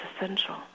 essential